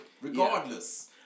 regardless